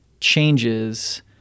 changes